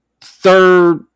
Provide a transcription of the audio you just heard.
third